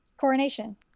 Coronation